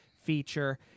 feature